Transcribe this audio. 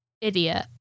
idiot